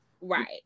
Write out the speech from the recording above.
Right